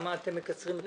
למה אתם מקצרים את הזמן?